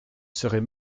serais